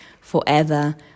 forever